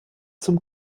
zum